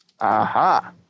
Aha